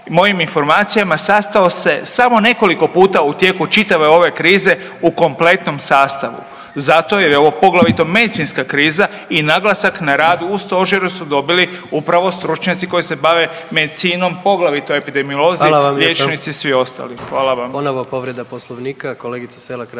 mojim informacijama sastao se samo nekoliko puta u tijeku čitave ove krize u kompletnom sastavu zato jer je ovo poglavito medicinska kriza i naglasak na rad u stožeru su dobili upravo stručnjaci koji se bave medicinom, poglavito epidemiolozi …/Upadica predsjednik: Hvala